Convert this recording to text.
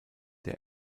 der